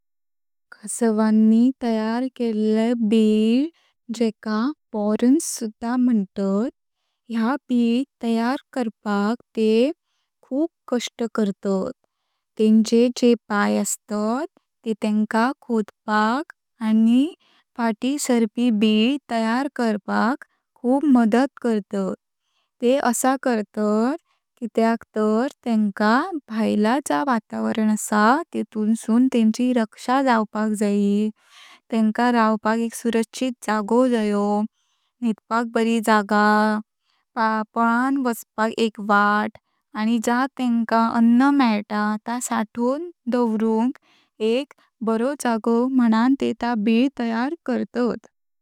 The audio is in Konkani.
कासावन्नी तयार केले बिल जेका वाॅरन्स सुध्दा म्हुंतात। ह्या बिल तयार करपाक ते खूप कष्ट करतात। तेंचे जे पाय अस्तात ते तेंका खोडपाक आनी फाटी सर्पी बिल तयार करपाक खूप मदत करतात, ते असा करतात कित्याक तर तेंका भयल जाय वातावरण असा तेतून सुन तेंची रक्षक जावपाक जई। तेंका रवपाक एक सुरक्षित जागो जायो, निदपाक बरी जागा, पालन वाचपाक एक वाट, आनी जा तेंका अन्न मिलता ता साथोवण डाव्रुंक एक बारो जागो मुन तें ता बिल तयार करतात।